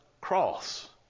cross